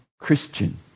Christian